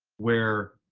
where